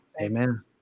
Amen